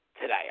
today